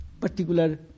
particular